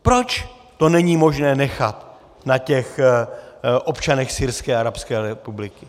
Proč to není možné nechat na těch občanech Syrské arabské republiky?